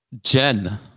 Jen